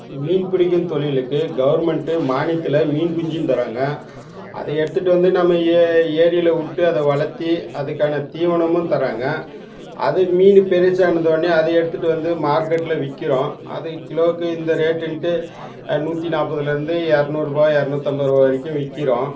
மீன் பிடிக்கும் தொழிலுக்கு கவர்மெண்ட்டு மானியத்தில் மீன் குஞ்சும் தர்றாங்க அதை எடுத்துட்டு வந்து நம்ம ஏ ஏரியில் விட்டு அதை வளத்து அதுக்கான தீவனமும் தர்றாங்க அது மீன் பெருசானவொன்னே அதை எடுத்துட்டு வந்து மார்க்கெட்டில் விக்கிறோம் அது கிலோவுக்கு இந்த ரேட்டுன்ட்டு நூற்றி நாற்பதுலேருந்து எரநூறுபா எரநூற்றைம்பதுரூவா வரைக்கும் விற்கிறோம்